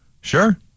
sure